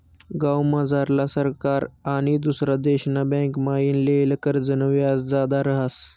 गावमझारला सावकार आनी दुसरा देशना बँकमाईन लेयेल कर्जनं व्याज जादा रहास